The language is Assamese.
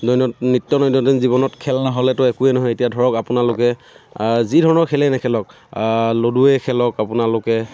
দৈনন নিত্য দৈনন্দিন জীৱনত খেল নহ'লেতো একোৱেই নহয় এতিয়া ধৰক আপোনালোকে যি ধৰণৰ খেলেই নেখেলক লুডুৱেই খেলক আপোনালোকে